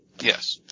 Yes